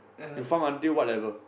you farm until what level